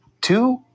two